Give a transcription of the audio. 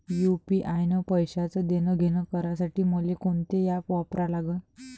UPI न पैशाचं देणंघेणं करासाठी मले कोनते ॲप वापरा लागन?